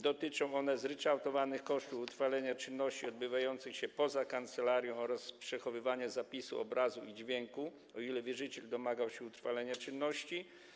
Dotyczą one zryczałtowanych kosztów utrwalenia czynności odbywających się poza kancelarią oraz przechowywania zapisu obrazu i dźwięku, o ile wierzyciel domagał się utrwalenia czynności.